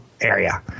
area